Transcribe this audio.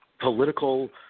political